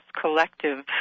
collective